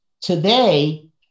today